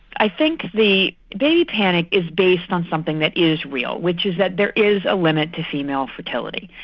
i think the baby panic is based on something that is real, which is that there is a limit to female fertility.